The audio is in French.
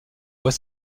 voit